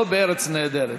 לא ב"ארץ נהדרת".